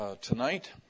tonight